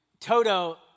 Toto